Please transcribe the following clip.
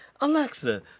Alexa